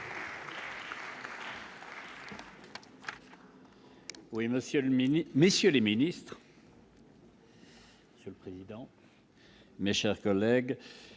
monsieur le ministre, monsieur le président, mes chers collègues,